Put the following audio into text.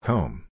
Home